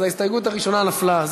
אז ההסתייגות הראשונה נפלה.